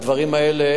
הדברים האלה,